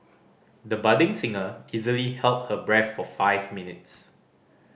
the budding singer easily held her breath for five minutes